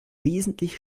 wesentlich